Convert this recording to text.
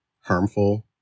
harmful